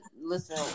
listen